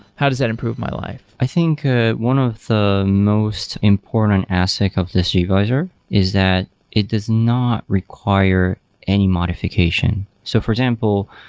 how does that improve my life. i think ah one of the most important aspect of this gvisor is that it does not require any modification. so for example,